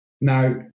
Now